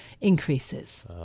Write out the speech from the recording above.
increases